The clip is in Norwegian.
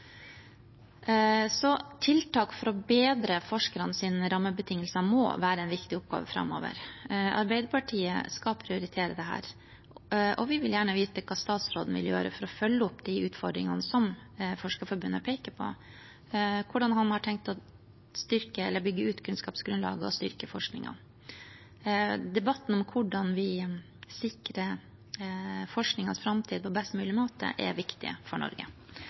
Tiltak for å bedre forskernes rammebetingelser må være en viktig oppgave framover. Arbeiderpartiet skal prioritere dette, og vi vil gjerne vite hva statsråden vil gjøre for å følge opp de utfordringene som Forskerforbundet peker på – hvordan han har tenkt å bygge ut kunnskapsgrunnlaget og styrke forskningen. Debatten om hvordan vi sikrer forskningens framtid på best mulig måte, er viktig for Norge.